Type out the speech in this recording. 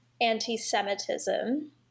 anti-Semitism